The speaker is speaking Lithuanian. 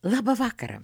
labą vakarą